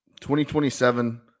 2027